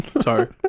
Sorry